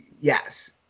yes